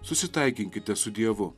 susitaikinkite su dievu